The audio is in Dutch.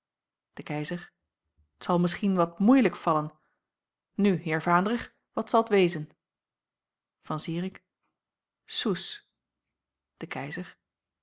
de keizer t zal misschien wat moeilijk vallen nu heer vaandrig wat zal t wezen van zirik soes de keizer